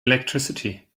electricity